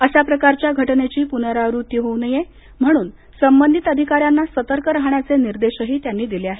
अशा प्रकारच्या घटनेची प्नरावृत्ती होऊ नये म्हणून संबंधित अधिकाऱ्यांना सतर्क राहण्याचे निर्देशही त्यांनी दिले आहेत